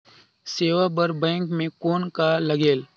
सेवा बर बैंक मे कौन का लगेल?